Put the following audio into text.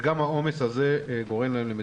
וגם העומס הזה גורם להם למצוקה.